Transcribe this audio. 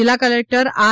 જિલ્લા collector R